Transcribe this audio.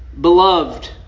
Beloved